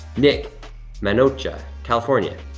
nick manoja, california,